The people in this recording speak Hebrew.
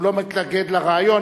הוא לא מתנגד לרעיון.